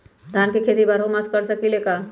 धान के खेती बारहों मास कर सकीले का?